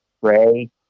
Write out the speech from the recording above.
pray